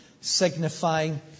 signifying